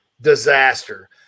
disaster